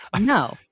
No